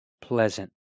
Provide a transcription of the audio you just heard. pleasant